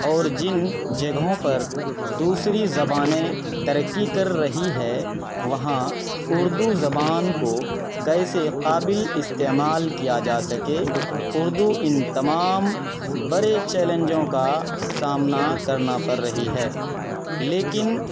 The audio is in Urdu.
اور جن جگہوں پر دوسری زبانیں ترقی کر رہی ہے وہاں اردو زبان کو کیسے قابلِ استعمال کیا جا سکے اردو ان تمام بڑے چیلینجوں کا سامنا کرنا پڑ رہی ہے لیکن